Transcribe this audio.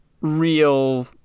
real